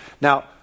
Now